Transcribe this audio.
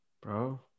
bro